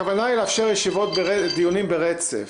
הכוונה היא לאפשר דיונים ברצף.